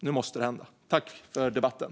Nu måste det hända. Tack för debatten!